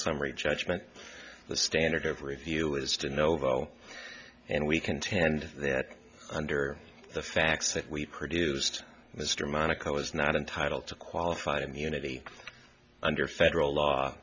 summary judgment the standard of review as to novo and we contend that under the facts that we produced mr monaco was not entitled to qualified immunity under federal law